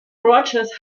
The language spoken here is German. rogers